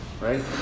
Right